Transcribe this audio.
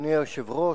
אדוני היושב-ראש,